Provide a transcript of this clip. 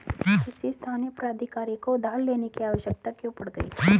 किसी स्थानीय प्राधिकारी को उधार लेने की आवश्यकता क्यों पड़ गई?